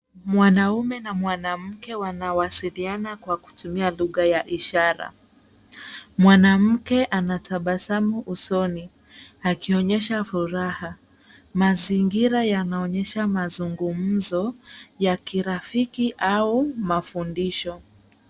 Mwanaume na mwanamke wanawasiliana kwa kutumia lugha ya ishara. Mwanamke ana tabasamu usoni akionyesha furaha. Mazingira yanaonyesha mazungumzo ya kirafiki au mafundisho.